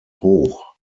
hoch